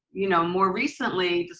you know more recently,